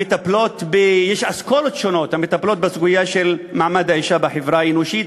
יש אסכולות שונות שמטפלות בסוגיה של מעמד באישה בחברה האנושית,